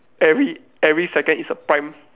every every second is a prime